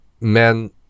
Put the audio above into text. men